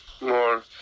more